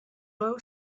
low